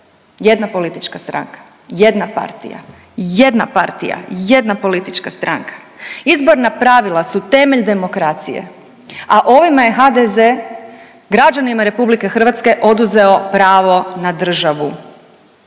jedna politička stranka, jedna partija, jedna partija, jedna politička stranka. Izborna pravila su temelj demokracije, a ovime je HDZ građanima RH oduzeo pravo na državu.